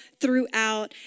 throughout